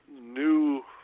new